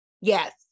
Yes